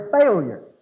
failure